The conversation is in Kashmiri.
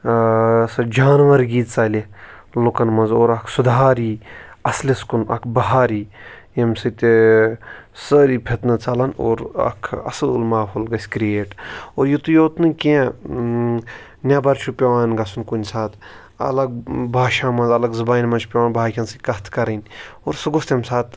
سۄ جانوَرگی ژَلہِ لُکَن مَنٛز اور اکھ سُدھار یی اَصلِس کُن اکھ بَہار یی ییٚمہِ سۭتۍ سٲری فتنہٕ ژَلَن اور اکھ اَصٕل ماحول گَژھِ کرییٹ اور یُتُے یوت نہٕ کینٛہہ نیٚبَر چھُ پیٚوان گَژھُن کُن ساتہٕ اَلَگ باشا مَنٛز اَلَگ زُبانہِ مَنٛزچھُ پیٚوان باقیَن سۭتۍ کَتھ کَرٕنۍ اور سُہ گوٚژھ تمہ ساتہٕ